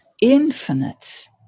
infinite